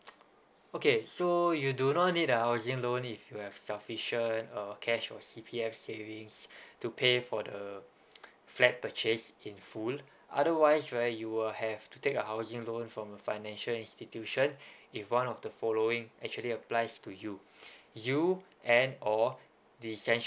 okay so you do not need a housing loan if you have sufficient uh cash or C_P_F savings to pay for the flat purchase in full otherwise where you will have to take a housing loan from financial institution if one of the following actually applies to you you and or the essential